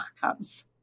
comes